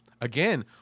Again